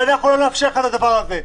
ואנחנו לא נאפשר לך את הדבר הזה.